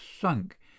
sunk